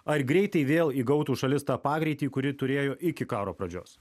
ar greitai vėl įgautų šalis tą pagreitį kurį turėjo iki karo pradžios